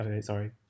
sorry